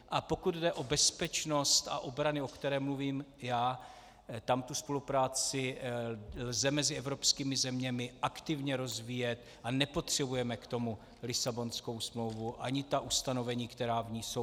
A pokud jde o bezpečnost a obranu, o které mluvím já, tam tu spolupráci lze mezi evropskými zeměmi aktivně rozvíjet a nepotřebujeme k tomu Lisabonskou smlouvu ani ta ustanovení, která v ní jsou.